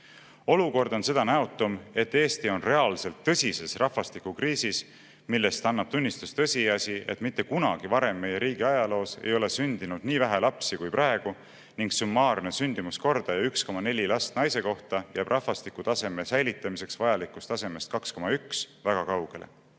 Olukord on seda näotum, et Eesti on reaalselt tõsises rahvastikukriisis, millest annab tunnistust tõsiasi, et mitte kunagi varem meie riigi ajaloos ei ole sündinud nii vähe lapsi kui praegu ning summaarne sündimuskordaja 1,4 last naise kohta jääb rahvastikutaseme säilitamiseks vajalikust tasemest 2,1 väga kaugele.